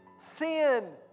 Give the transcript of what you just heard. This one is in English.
Sin